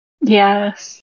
Yes